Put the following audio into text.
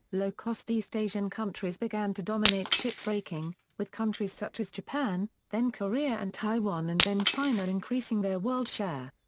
low-cost east asian countries began to dominate ship breaking, with countries such as japan, then korea and taiwan and then china increasing their world share.